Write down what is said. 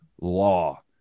law